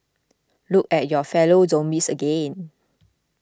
look at your fellow zombies again